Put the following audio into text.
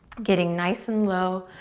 getting nice and low,